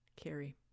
Carrie